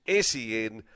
SEN